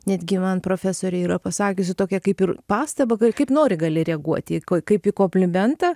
netgi man profesorė yra pasakiusi tokią kaip ir pastabą ka kaip nori gali reaguoti kaip į komplimentą